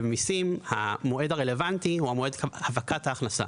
ובמסים המועד הרלוונטי הוא מועד הפקת ההכנסה.